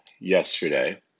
yesterday